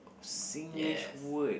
Singlish word